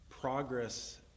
progress